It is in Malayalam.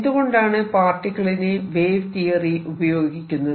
എന്തുകൊണ്ടാണ് പാർട്ടിക്കിളിന് വേവ് തിയറി ഉപയോഗിക്കുന്നത്